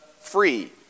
free